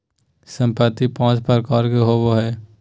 संपत्ति पांच प्रकार के होबो हइ